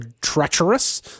treacherous